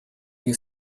you